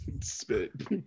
spit